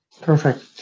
Perfect